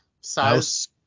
size